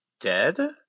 dead